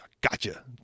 gotcha